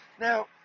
Now